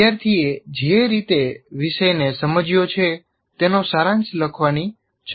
વિદ્યાર્થીએ જે રીતે વિષયને સમજ્યો છે તેનો સારાંશ લખવાની જરૂર છે